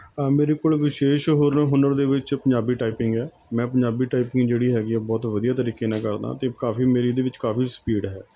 ਮੇਰੇ ਕੋਲ ਵਿਸ਼ੇਸ਼ ਹੁਨ ਹੁਨਰ ਦੇ ਵਿੱਚ ਪੰਜਾਬੀ ਟਾਈਪਿੰਗ ਹੈ ਮੈਂ ਪੰਜਾਬੀ ਟਾਈਪਿੰਗ ਜਿਹੜੀ ਹੈਗੀ ਹੈ ਬਹੁਤ ਵਧੀਆ ਤਰੀਕੇ ਨਾਲ ਕਰਦਾਂ ਅਤੇ ਕਾਫੀ ਮੇਰੀ ਇਹਦੇ ਵਿੱਚ ਕਾਫੀ ਸਪੀਡ ਹੈ